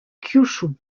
kyūshū